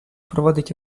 проводить